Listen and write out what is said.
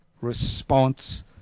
response